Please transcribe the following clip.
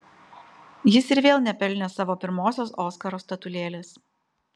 jis ir vėl nepelnė savo pirmosios oskaro statulėlės